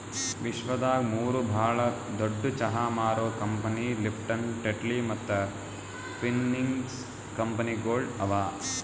ವಿಶ್ವದಾಗ್ ಮೂರು ಭಾಳ ದೊಡ್ಡು ಚಹಾ ಮಾರೋ ಕಂಪನಿ ಲಿಪ್ಟನ್, ಟೆಟ್ಲಿ ಮತ್ತ ಟ್ವಿನಿಂಗ್ಸ್ ಕಂಪನಿಗೊಳ್ ಅವಾ